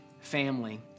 family